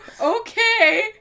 okay